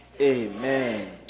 amen